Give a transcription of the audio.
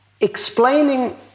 explaining